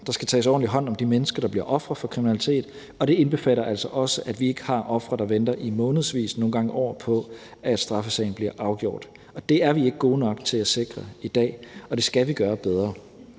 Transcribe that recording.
Der skal tages ordentlig hånd om de mennesker, der bliver ofre for kriminalitet, og det indbefatter altså også, at vi ikke har ofre, der venter i månedsvis, nogle gange år, på, at straffesagen bliver afgjort, og det er vi ikke gode nok til at sikre i dag, og det skal vi gøre bedre.